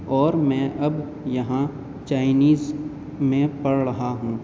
اور میں اب یہاں چائنیز میں پڑھ رہا ہوں